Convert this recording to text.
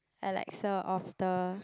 Alexa of the